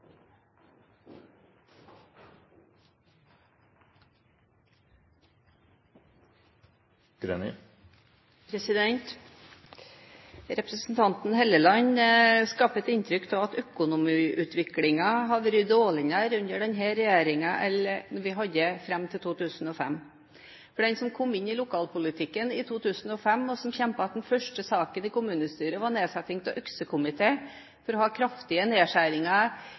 klok. Representanten Helleland skaper et inntrykk av at økonomiutviklingen har vært dårligere under denne regjeringen enn den var fram til 2005. En som kom inn i lokalpolitikken i 2005, og som kjempet den første saken, som gjaldt nedsettelse av en øksekomité for kraftige nedskjæringer